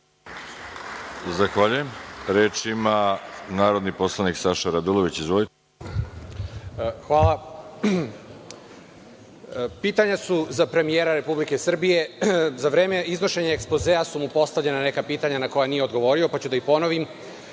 Zahvaljujem. Reč ima narodni poslanik Saša Radulović. **Saša Radulović** Hvala. Pitanja su za premijera Republike Srbije. Za vreme iznošenja ekspozea su mu postavljena neka pitanja na koje mi je odgovorio pa ću ih